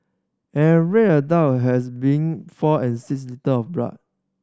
an average adult has between four and six litre of blood